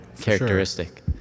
characteristic